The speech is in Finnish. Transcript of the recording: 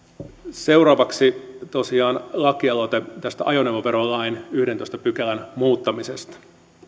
seuraavaksi tosiaan lakialoite tästä ajoneuvoverolain yhdennentoista pykälän muuttamisesta